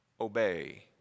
obey